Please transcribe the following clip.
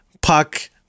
puck